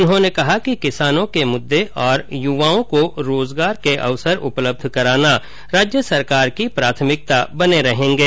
उन्होंने कहा कि किसानों के मुददे और युवाओं को रोजगार के अवसर उपलब्ध कराना राज्य सरकार की प्राथमिकता बने रहेंगे